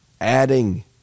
adding